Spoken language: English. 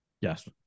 Yes